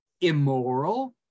immoral